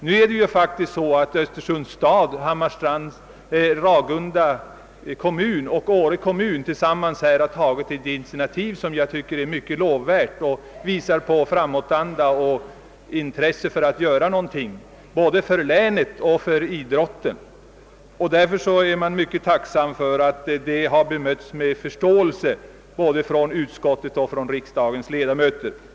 Nu är det faktiskt så att Östersunds stads kommunblock samt Ragunda och Åre kommuner tillsammans tagit ett initiativ, som är mycket lovvärt och tyder på framåtanda och intresse för att göra någonting både för länet och för idrotten. Därför är jag mycket tacksam för att detta initiativ har mötts med förståelse både från utskottet och från riksdagens ledamöter.